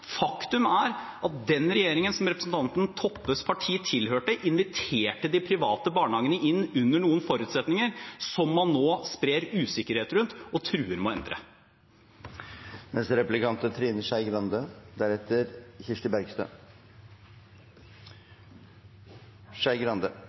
Faktum er at den regjeringen som representanten Toppes parti tilhørte, inviterte de private barnehagene inn under noen forutsetninger som man nå sprer usikkerhet rundt og truer med å endre. Det er